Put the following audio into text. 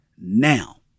now